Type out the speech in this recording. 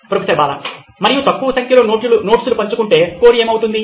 professor Bala మరియు తక్కువ సంఖ్యలో నోట్స్ లు పంచుకుంటే స్కోర్కు ఏమి జరుగుతుంది